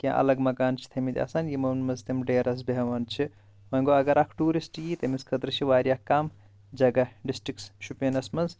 کینٛہہ الگ مکان چھِ تھٲے مٕتۍ آسان یمن منٛز تِم ڈیرس بہوان چھِ وۄنۍ گوٚو اگر اکھ ٹوٗرسٹ یٖی تٔمِس خٲطرٕ چھِ واریاہ کم جگہ ڈسٹرک شُپینَس منٛز